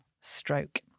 stroke